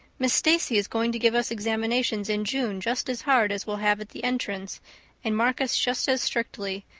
miss stacy is going to give us examinations in june just as hard as we'll have at the entrance and mark us just as strictly,